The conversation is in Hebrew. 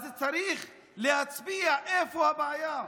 אז צריך להצביע על איפה הבעיה.